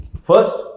first